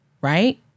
right